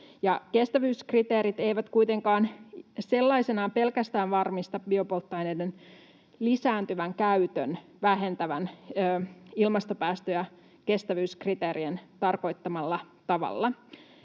Kestävyyskriteerit eivät kuitenkaan sellaisenaan pelkästään varmista biopolttoaineiden lisääntyvän käytön vähentävän ilmastopäästöjä kestävyyskriteerien tarkoittamalla tavalla.